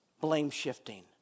Blame-shifting